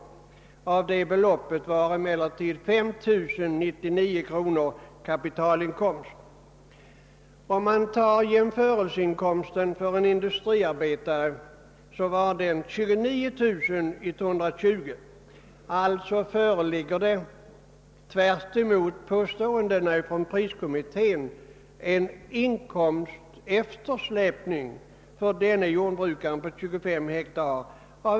Av det beloppet var emellertid 5099 kronor kapitalinkomst. För en industriarbetare var inkomsten 29120 kronor. Tvärtemot priskommitténs påståenden föreligger det alltså en inkomsteftersläpning av ungefär 9000 kronor för jordbrukare med 25 hektar.